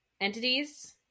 entities